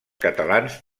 catalans